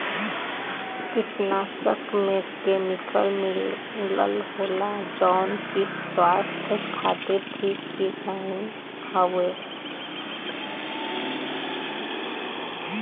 कीटनाशक में केमिकल मिलल होला जौन की स्वास्थ्य खातिर ठीक नाहीं हउवे